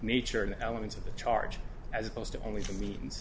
nature of the elements of the charge as opposed to only for means and